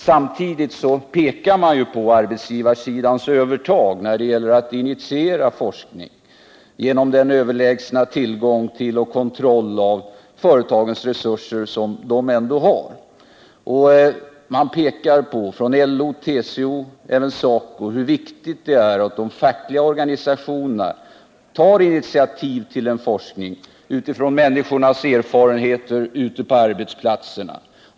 Samtidigt pekar man på arbetsgivarsidans övertag, på grund av den överlägsna tillgången till och kontrollen över företagens resurser, när det gäller att initiera forskning. LO och TCO samt även SACO pekar på hur viktigt det är att de fackliga organisationerna tar initiativ till en forskning utifrån människornas erfarenheter ute på arbetsplatserna.